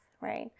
right